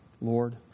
Lord